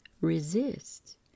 resist